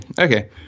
okay